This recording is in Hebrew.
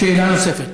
שאלה נוספת.